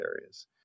areas